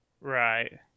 Right